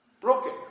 broken